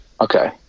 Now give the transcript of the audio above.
Okay